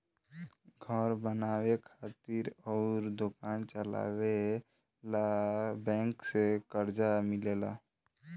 घर बनावे खातिर अउर दोकान चलावे ला भी बैंक से कर्जा मिलेला